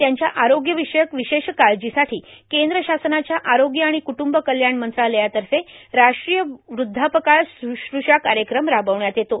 त्यांच्या आरोग्यविषयक विशेष काळजीसाठी केंद्र शासनाच्या आरोग्य आणि कुटुंब कल्याण मंत्रालयातर्फे राष्ट्रीय वृद्धापकाळ श्रुश्रूषा कार्यक्रम राबविण्यात येतो